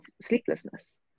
sleeplessness